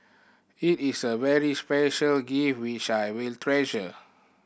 it is a very special gift which I will treasure